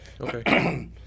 okay